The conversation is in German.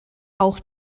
auch